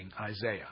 Isaiah